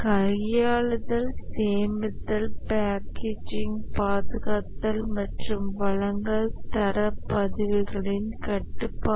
கையாளுதல் சேமித்தல் பேக்கேஜிங் பாதுகாத்தல் மற்றும் வழங்கல் தர பதிவுகளின் கட்டுப்பாடு